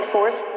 Force